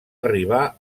arribar